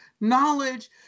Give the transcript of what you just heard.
knowledge